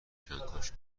کنکاش